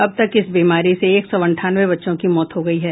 अब तक इस बीमारी से एक सौ अंठानवें बच्चों की मौत हो गयी है